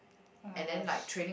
oh-my-gosh